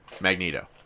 Magneto